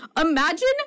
Imagine